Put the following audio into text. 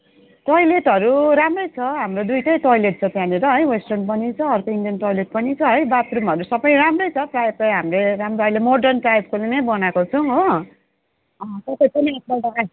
टोइलेटहरू राम्रै छ हाम्रो दुइवटै टोइलेट छ त्यहाँनेर है वेस्टर्न पनि छ अर्को इन्डियन टोइलेट पनि छ बाथरुमहरू सबै राम्रै छ प्रायः प्रायः हाम्रो यहाँ अहिले मोर्डन टाइपकोले नै बनाएको छौँ हो तपाईँ पनि एक पल्ट